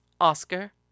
Oscar